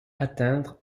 atteindre